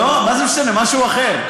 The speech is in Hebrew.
לא, מה זה משנה, משהו אחר.